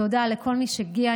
תודה לכל מי שהגיע,